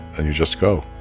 and you just go,